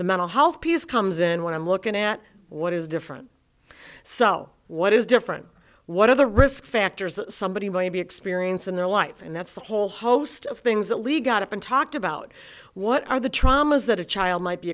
the mental health piece comes in when i'm looking at what is different so what is different what are the risk factors that somebody's going to be experience in their life and that's the whole host of things that lead got up and talked about what are the traumas that a child might be